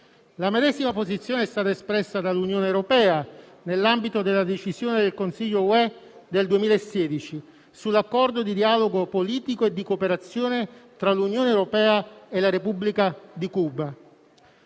La medesima posizione è stata espressa dall'Unione europea nell'ambito della decisione del Consiglio UE del 2016 sull'Accordo di dialogo politico e di cooperazione tra l'Unione europea e la Repubblica di Cuba.